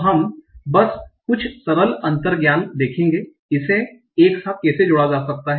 तो हम बस कुछ सरल अंतर्ज्ञान देखेंगे कि इसे एक साथ कैसे जोड़ा जा सकता है